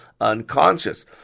unconscious